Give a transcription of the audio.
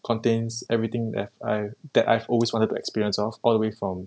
contains everything tha~ I that I've always wanted to experience of all the way from